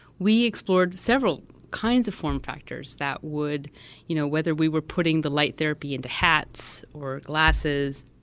we explored several kinds of formed factors that would you know whether we were putting the light therapy into hats, or glasses,